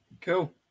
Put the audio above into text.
Cool